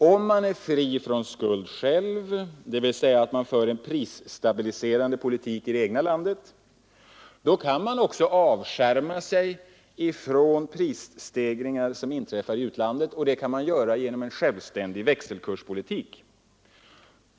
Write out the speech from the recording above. Om man är fri från skuld själv, dvs. driver en prisstabiliserande politik i det egna landet, kan man också avskärma sig från prisstegringar som inträffar i utlandet. Det kan man göra genom en självständig växelkurspolitik.